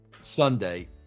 Sunday